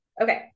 Okay